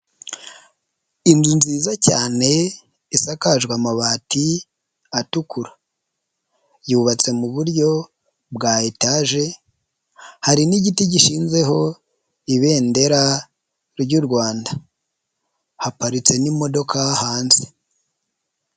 Inzu nziza cyane isakajwe amabati atukura, yubatse mu buryo bwa etaje hari n'igiti gishinzeho ibendera ry'u Rwanda, haparitse n'imodoka hanze.